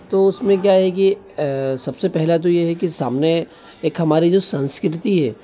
तो उसमें क्या है कि सबसे पहला तो यह है कि सामने एक हमारी जो संस्कृति है